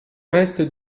restes